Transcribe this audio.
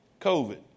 COVID